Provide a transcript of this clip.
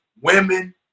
women